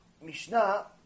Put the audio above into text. Mishnah